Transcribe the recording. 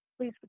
Please